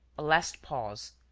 a last pause.